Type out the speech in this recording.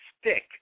stick